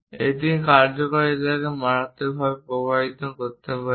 এটি এর কার্যকারিতাকে মারাত্মকভাবে প্রভাবিত করতে পারে